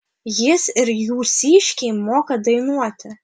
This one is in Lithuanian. jis ir jūsiškai moka dainuoti